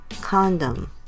Condom